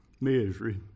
misery